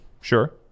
sure